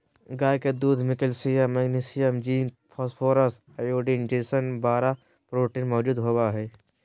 गाय के दूध में calcium, magnesium, zinc, phosphorus, iodine जैसन बारह प्रोटीन मौजूद होबा हइ